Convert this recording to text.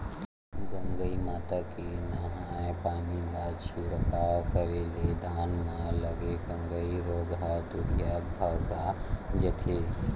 गंगई माता के नंहाय पानी ला छिड़काव करे ले धान म लगे गंगई रोग ह दूरिहा भगा जथे